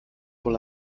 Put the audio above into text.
wohl